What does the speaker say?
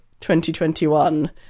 2021